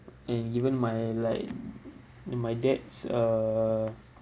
and given my like and my dad's uh